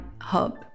Hub